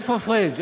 איפה פריג'?